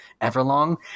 Everlong